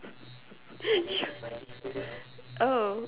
su~